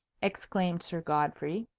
exclaimed sir godfrey,